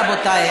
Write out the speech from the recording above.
רבותי.